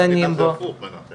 לבין 700 מיליון שקלים חדשים,